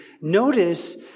Notice